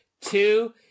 Two